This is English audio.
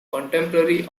contemporary